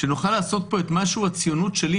שנוכל לעשות פה את מה שהוא הציונות שלי,